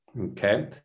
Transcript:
okay